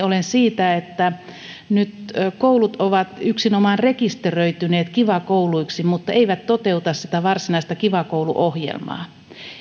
olen siitä että nyt koulut ovat yksinomaan rekisteröityneet kiva kouluiksi mutta eivät toteuta sitä varsinaista kiva koulu ohjelmaa